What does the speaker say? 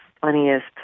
funniest